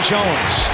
Jones